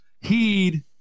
heed